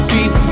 Keep